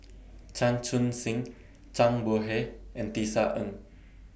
Chan Chun Sing Zhang Bohe and Tisa Ng